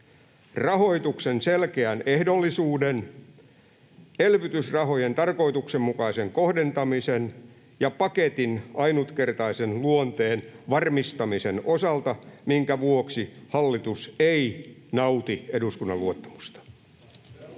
rahoituksen selkeän ehdollisuuden, elvytysrahojen tarkoituksenmukaisen kohdentamisen ja paketin ainutkertaisen luonteen varmistamisen osalta, minkä vuoksi hallitus ei nauti eduskunnan luottamusta.”